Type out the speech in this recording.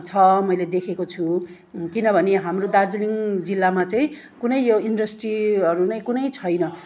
छ मैले देखेको छु किनभने हाम्रो दार्जिलिङ जिल्लामा चाहिँ कुनै यो इन्डस्ट्रीहरू नै कुनै छैन